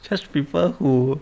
charge people who